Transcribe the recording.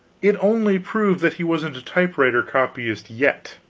it only proved that he wasn't a typewriter copyist yet.